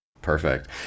Perfect